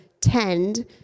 tend